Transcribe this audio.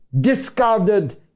discarded